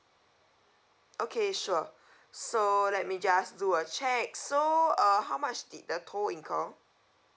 okay sure so let me just do a check so uh how much did the tow incur